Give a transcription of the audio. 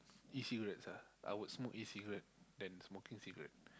E-cigarettes ah I would smoke E-cigarette than smoking cigarette